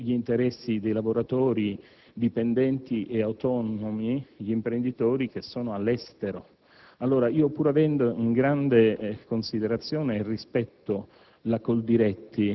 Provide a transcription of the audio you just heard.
l'appunto, gli interessi dei lavoratori, dipendenti e autonomi, e degli imprenditori che sono all'estero. Pur avendo grande considerazione e rispetto